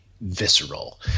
visceral